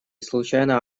случайно